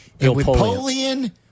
Napoleon